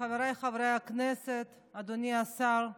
חבריי חברי הכנסת, אדוני השר,